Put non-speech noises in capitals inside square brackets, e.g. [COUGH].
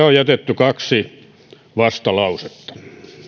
[UNINTELLIGIBLE] on jätetty kaksi vastalausetta